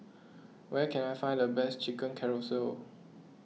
where can I find the best Chicken Casserole